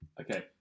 Okay